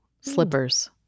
slippers